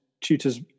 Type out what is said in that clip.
tutors